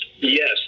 yes